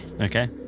Okay